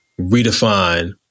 redefine